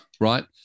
right